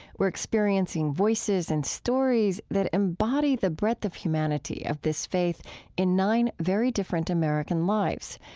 we're experiencing voices and stories that embody the breadth of humanity of this faith in nine very different american lives,